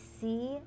see